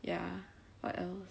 ya what else